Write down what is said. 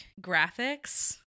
graphics